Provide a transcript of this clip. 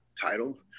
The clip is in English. Titled